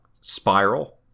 spiral